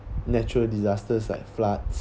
natural disasters like floods